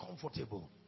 comfortable